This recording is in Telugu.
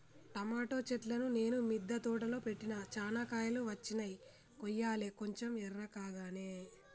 టమోటో చెట్లును నేను మిద్ద తోటలో పెట్టిన చానా కాయలు వచ్చినై కొయ్యలే కొంచెం ఎర్రకాగానే